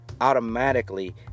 automatically